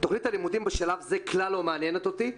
תוכנית הלימודים בשלב זה כלל לא מעניינת אותי,